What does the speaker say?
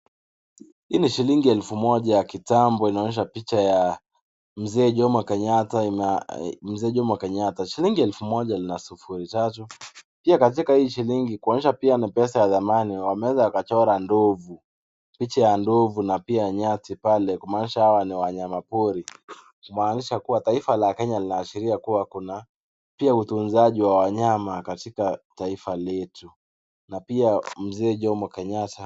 Hii ni shilingi ya elfu Moja ya kitambo inaonesha picha ya kitambo Mzee Jomo Kenyatta ime.. mzee Jomo Kenyatta. Shilingi elfu moja ina sufuri tatu. Pia katika hii shilingi kuonesha pia ni pesa ya dhamani wameweza kuchora ndovu . Picha ya ndovu na pia picha ya chati pale . Kumaanisha hawa ni wanyama pori . Kumaanisha kuwa taifa la kenya kuna . Pia utunzaji wa wanyama katika taifa letu na pia mzee Jomo Kenyatta...